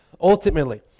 ultimately